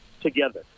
together